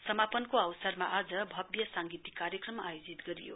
समापनको अवसरमा आज भव्य सांगीतिक कार्यक्रम आयोजित गरियो